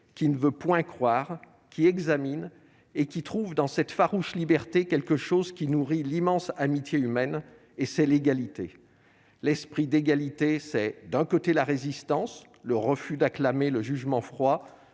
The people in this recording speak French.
qui ne veut point croire qui examine et qui trouve dans cette farouche liberté quelque chose qui nourrit l'immense amitié humaine et c'est l'égalité, l'esprit d'égalité c'est d'un côté, la résistance, le refus d'acclamer le jugement froid